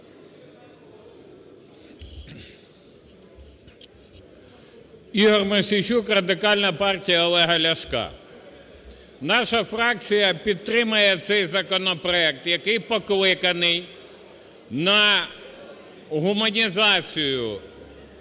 Ігор Мосійчук, Радикальна партія Олега Ляшка. Наша фракція підтримає цей законопроект, який покликаний на гуманізацію